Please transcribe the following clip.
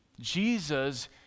Jesus